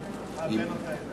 אה, בן אותה עדה.